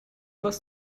was